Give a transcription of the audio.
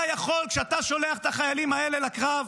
אתה יכול, כשאתה שולח את החיילים האלה לקרב,